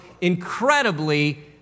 incredibly